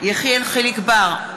יחיאל חיליק בר,